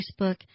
Facebook